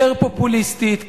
יותר פופוליסטית,